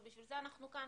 ובשביל זה אנחנו כאן,